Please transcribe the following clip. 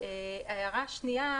ההערה השנייה